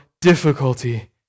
difficulty